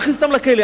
נכניס אותם לכלא,